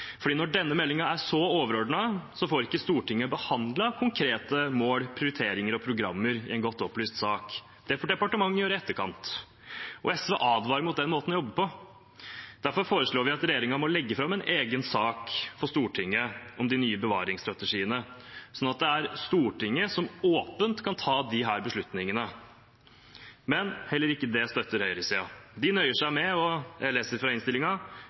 Når denne meldingen er så overordnet, får ikke Stortinget behandlet konkrete mål, prioriteringer og programmer i en godt opplyst sak. Det får departementet gjøre i etterkant. SV advarer mot den måten å jobbe på. Derfor ber vi regjeringen legge fram en egen sak for Stortinget om de nye bevaringsstrategiene, slik at det er Stortinget som åpent kan ta disse beslutningene. Men heller ikke det støtter høyresiden. De nøyer seg med å «understreke betydningen av at målene og